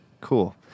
Cool